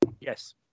Yes